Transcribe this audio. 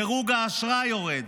דירוג האשראי יורד.